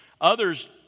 Others